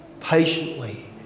patiently